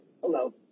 hello